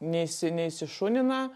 neįsi neįsišunina